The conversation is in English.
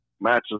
Matches